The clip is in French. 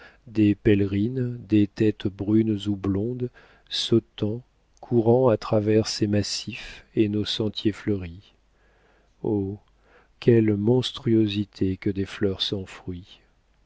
des pèlerines des têtes brunes ou blondes sautant courant à travers ces massifs et nos sentiers fleuris oh quelle monstruosité que des fleurs sans fruits